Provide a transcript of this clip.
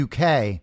UK